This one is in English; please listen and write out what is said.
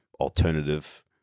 alternative